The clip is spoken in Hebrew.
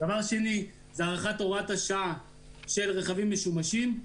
דבר שני זה הארכת הוראת השעה של רכבים משומשים,